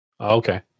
okay